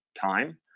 time